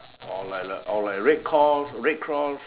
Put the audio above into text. or like like oh like red call red cross